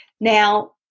Now